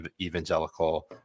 evangelical